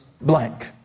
blank